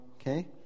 okay